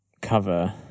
cover